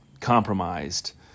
compromised